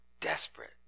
Desperate